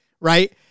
right